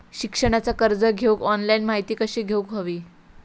शिक्षणाचा कर्ज घेऊक ऑनलाइन माहिती कशी घेऊक हवी?